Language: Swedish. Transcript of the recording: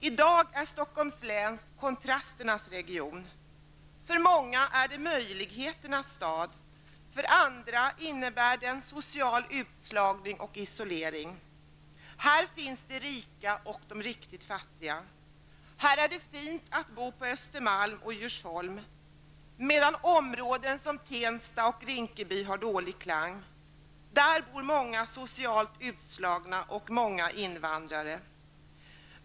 I dag är Stockholms län kontrasternas region. För många är Stockholm möjligheternas stad, för andra innebär den social utslagning och isolering. Här finns de rika och de riktigt fattiga. Här är det fint att bo på Östermalm och i Djursholm, medan områden som Tensta och Rinkeby har dålig klang -- där bor många socialt utslagna och många invandrare.